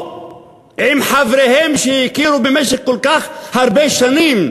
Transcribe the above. עם חבריהם שהכירו במשך כל כך הרבה שנים,